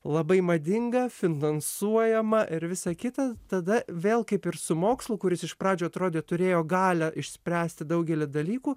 labai madinga finansuojama ir visa kita tada vėl kaip ir su mokslu kuris iš pradžių atrodė turėjo galią išspręsti daugelį dalykų